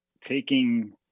taking